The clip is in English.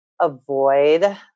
avoid